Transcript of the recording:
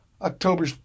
october